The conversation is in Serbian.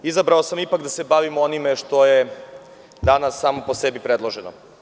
Izabrao sam ipak da se bavim onim što je danas samo po sebi predloženo.